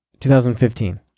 2015